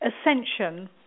Ascension